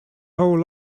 whole